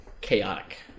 chaotic